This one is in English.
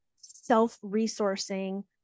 self-resourcing